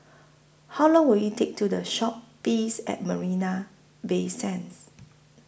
How Long Will IT Take to Walk to The Shoppes At Marina Bay Sands